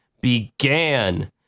began